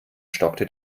stockte